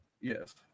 Yes